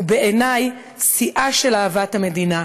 הוא בעיני שיאה של אהבת המדינה.